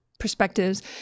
Perspectives